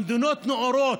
במדינות נאורות